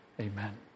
amen